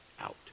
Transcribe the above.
out